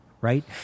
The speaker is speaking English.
right